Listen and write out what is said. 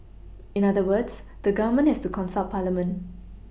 in other words the Government has to consult parliament